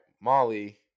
Molly